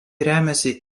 remiasi